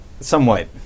Somewhat